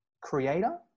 Creator